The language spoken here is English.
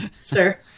sir